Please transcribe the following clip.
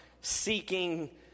seeking